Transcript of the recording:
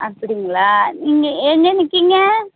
அப்படிங்களா நீங்கள் எங்கே நிற்கீங்க